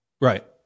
Right